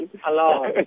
Hello